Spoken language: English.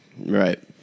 Right